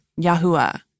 Yahuwah